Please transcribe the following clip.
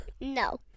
No